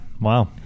Wow